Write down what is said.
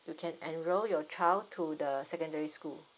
you can enroll your child to the secondary school